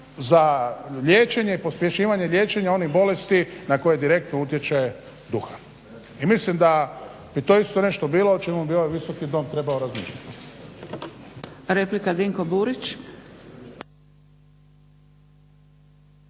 za liječenje i pospješivanje liječenja onih bolesti na koje direktno utječe duhan. Mislim da bi to isto nešto bilo o čemu bi ovaj Visoki doma trebao razmišljati.